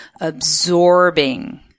absorbing